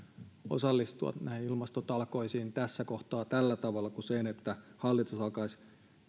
osallistua näihin ilmastotalkoisiin tässä kohtaa tällä tavalla kuin se että hallitus alkaisi